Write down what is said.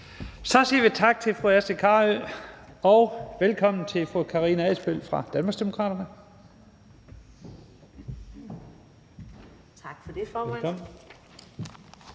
Så siger vi tak til fru Astrid Carøe og velkommen til fru Karina Adsbøl fra Danmarksdemokraterne. Velkommen.